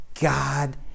God